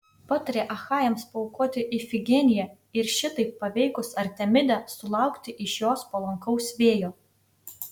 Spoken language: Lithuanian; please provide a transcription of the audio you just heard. patarė achajams paaukoti ifigeniją ir šitaip paveikus artemidę sulaukti iš jos palankaus vėjo